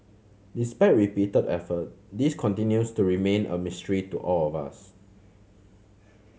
despite repeated effort this continues to remain a mystery to all of us